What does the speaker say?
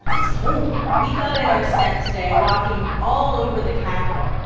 it's cold we got in our steps today walking all over the capitol,